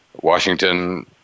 Washington